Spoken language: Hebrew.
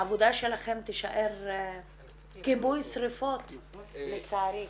העבודה שלכם תישאר כיבוי שריפות, לצערי.